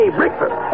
breakfast